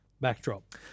backdrop